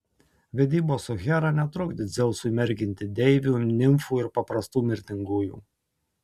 vedybos su hera netrukdė dzeusui merginti deivių nimfų ir paprastų mirtingųjų